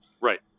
Right